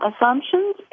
assumptions